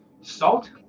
Salt